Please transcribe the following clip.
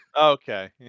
Okay